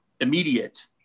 immediate